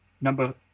Number